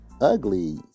ugly